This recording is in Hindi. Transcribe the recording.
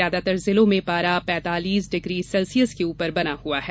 ज्यादातर जिलों में पारा पैतालीस डिग्री सेल्सियस के ऊपर बना हुआ है